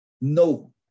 no